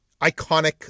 iconic